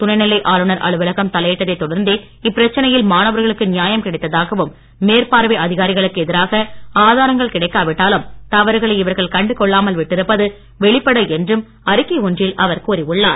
துணை நிலை ஆளுநர் அலுவலகம் தலையிட்டதை தொடர்ந்தே இப்பிரச்சனையில் கிடைத்ததாகவும் மாணவர்களுக்கு நியாயம் மேற்பார்வை அதிகாரிகளுக்கு எதிராக ஆதாரங்கள் கிடைக்காவிட்டாலும் தவறுகளை இவர்கள் கண்டுகொள்ளாமல் விட்டிருப்பது வெளிப்படை என்றும் அறிக்கை ஒன்றில் அவர் கூறி உள்ளார்